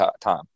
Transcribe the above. time